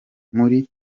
muri